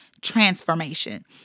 transformation